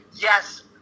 yes